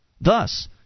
Thus